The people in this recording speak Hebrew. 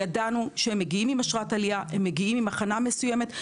ידענו שהם מגיעים עם אשרת עלייה, עם הכנה מסוימת.